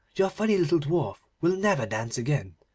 your funny little dwarf will never dance again.